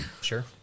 Sure